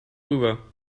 rüber